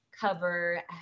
cover